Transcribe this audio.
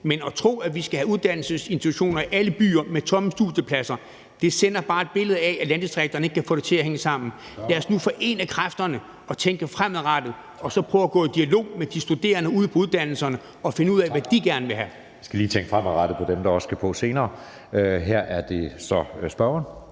Men at have uddannelsesinstitutioner i alle byer med tomme studiepladser sender bare et billede af, at landdistrikterne ikke kan få det til at hænge sammen. Lad os nu forene kræfterne, tænke fremadrettet og prøve at gå i dialog med de studerende ude på uddannelserne og finde ud af, hvad de gerne vil have. Kl. 14:43 Anden næstformand (Jeppe Søe): Tak. Vi skal lige tænke på dem, der skal på senere. Nu er det så spørgeren.